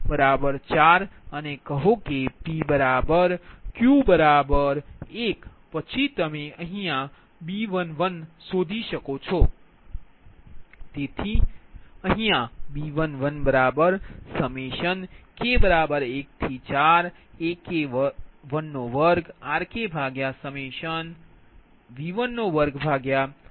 તેથી હવે તમારું NBR4 અને કહો pq1પછી તમે B11શોધી છો